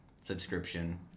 subscription